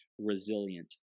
resilient